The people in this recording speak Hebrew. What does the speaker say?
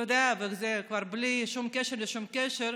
אתה יודע, וזה כבר בלי שום קשר לשום דבר,